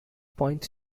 point